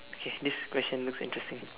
okay this question looks interesting